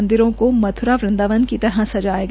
मंदिरों में मथ्रा वृदांवन की तरह सजाया गया